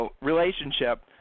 relationship